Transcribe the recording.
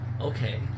Okay